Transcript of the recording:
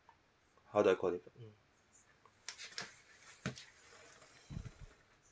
how do I call the mm